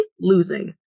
losing